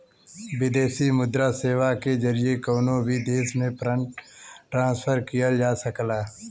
विदेशी मुद्रा सेवा के जरिए कउनो भी देश में फंड ट्रांसफर किहल जा सकला